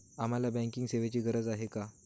आम्हाला बँकिंग सेवेची गरज का आहे?